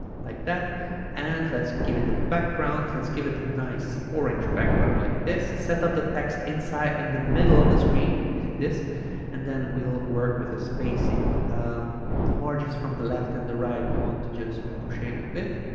like that and let's give it a background let's give it a nice orange background like this set up the text inside in the middle of the screen using this and then we'll work with the spacing the margins from the left and the right we want to just push in a bit